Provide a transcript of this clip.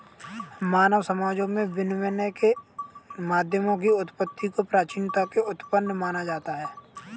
मानव समाजों में विनिमय के माध्यमों की उत्पत्ति को प्राचीनता में उत्पन्न माना जाता है